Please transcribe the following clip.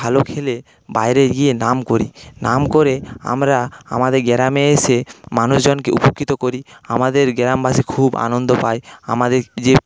ভালো খেলে বাইরে গিয়ে নাম করি নাম করে আমরা আমাদের গ্রামে এসে মানুষজনকে উপকৃত করি আমাদের গ্রামবাসী খুব আনন্দ পায় আমাদের যে